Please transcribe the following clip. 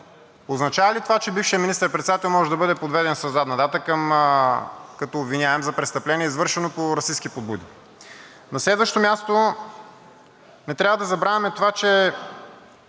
Означава ли това, че бившият министър-председател може да бъде подведен със задна дата като обвиняем за престъпление, извършено по расистки подбуди? На следващо място, не трябва да забравяме това, че